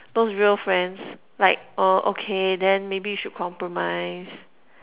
those real friends like uh okay then maybe you should compromise